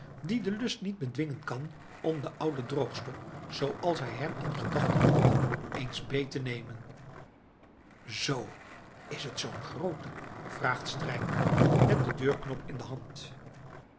die den lust niet bedwingen kan om den ouden droogstok zooals hij hem in gedachten noemt eens beet te nemen zoo is t zoo'n groote vraagt strijkman met den deurknop in de hand